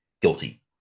guilty